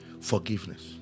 Forgiveness